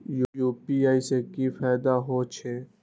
UPI से की फायदा हो छे?